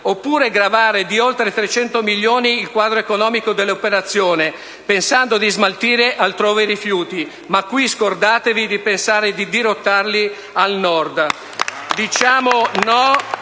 oppure gravare di oltre 300 milioni il quadro economico dell'operazione, pensando di smaltire altrove i rifiuti. Ma qui scordatevi di dirottarli al Nord. *(Applausi